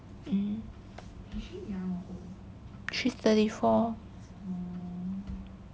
she is thirty four